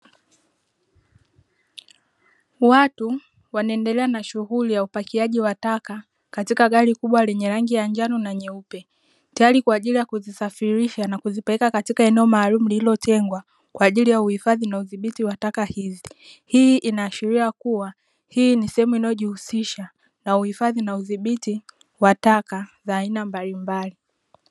Watu wanaendelea na shughuli ya upakiaji wa taka katika gari kubwa lenye rangi ya njano na nyeupe, tayari kwa ajili ya kuzisafirisha na kuzipeleka eneo maalumu lililotengwa kwa ajili ya udhibiti wa taka hizo. Hii inaashiria kuwa hii ni sehemu inayojihusisha na uhifadhi na udhibiti wa taka za aina mbalimbali.